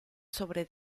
sobre